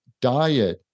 diet